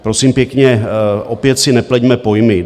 Prosím pěkně, opět si nepleťme pojmy.